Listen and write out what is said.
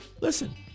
Listen